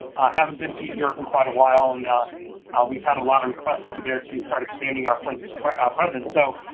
haven't been to europe in quite a while and we've had a lot of requests over there to start to expanding our forensics like ah presence, so,